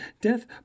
Death